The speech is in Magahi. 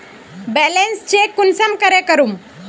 बैलेंस चेक कुंसम करे करूम?